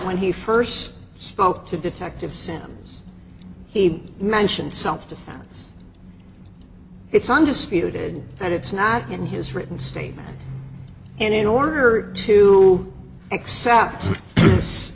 when he first spoke to detective sims he mentioned self defense it's undisputed that it's not in his written statement and in order to accept this